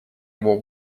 его